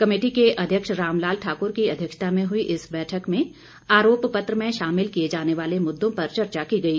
committee को अध्यक्ष रामलाल ठाकुर की अध्यक्षता में हुई इस बैठक में आरोप पत्र में शामिल किए जाने वाले मुददों पर चर्चा की गई